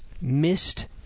missed